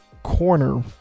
Corner